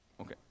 Okay